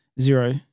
Zero